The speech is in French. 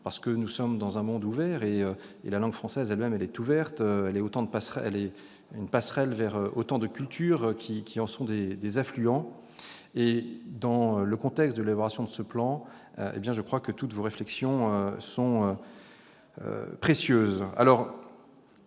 effet, nous sommes dans un monde ouvert et la langue française est elle-même ouverte, véritable passerelle vers autant de cultures qui en sont des affluents. Dans le contexte de l'élaboration de ce plan, toutes vos réflexions sont précieuses.